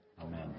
Amen